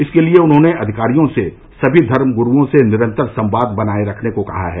इसके लिए उन्होंने अधिकारियों से समी धर्मग्रूओं से निरंतर संवाद बनाये रखने को कहा है